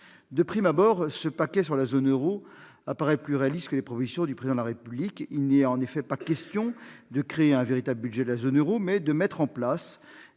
De prime abord, ce « paquet » relatif à la zone euro paraît plus réaliste que les propositions du Président de la République. En effet, il n'est pas question de créer un véritable budget de la zone euro, mais de déployer